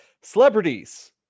Celebrities